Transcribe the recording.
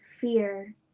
fear